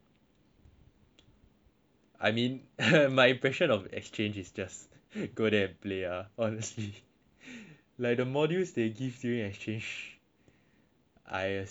I mean (uh huh) my impression of the exchange is just go then play ah honestly like the modules they give during exchange I assume wouldn't be that hard also